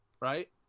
Right